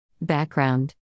Background